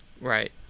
Right